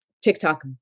TikTok